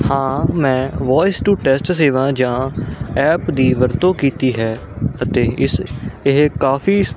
ਹਾਂ ਮੈਂ voice to text ਸੇਵਾ ਜਾਂ ਐਪ ਦੀ ਵਰਤੋਂ ਕੀਤੀ ਹੈ ਅਤੇ ਇਸ ਇਹ ਕਾਫੀ